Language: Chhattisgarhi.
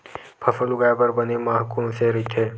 फसल उगाये बर बने माह कोन से राइथे?